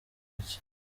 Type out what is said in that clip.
iki